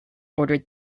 ordered